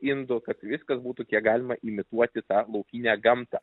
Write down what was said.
indu kad viskas būtų kiek galima imituoti tą laukinę gamtą